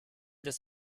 des